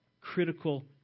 critical